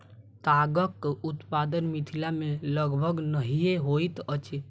तागक उत्पादन मिथिला मे लगभग नहिये होइत अछि